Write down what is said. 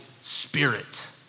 Spirit